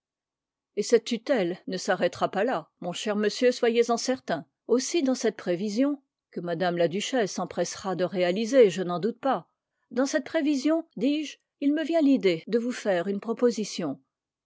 cette tutelle ne s'arrêtera pas là mon cher monsieur soyez-en certain aussi dans cette prévision que mme la duchesse s'empressera de réaliser je n'en doute pas dans cette prévision dis-je il me vient l'idée de vous faire une proposition